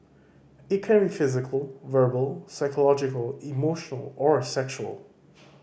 it can be physical verbal psychological emotional or sexual